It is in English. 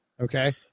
Okay